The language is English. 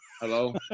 Hello